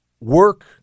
work